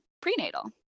prenatal